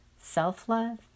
Self-love